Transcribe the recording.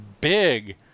big